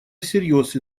всерьез